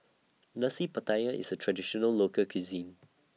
Nasi Pattaya IS A Traditional Local Cuisine